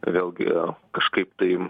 vėlgi kažkaip tai